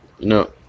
No